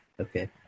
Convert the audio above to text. Okay